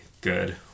good